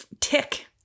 tick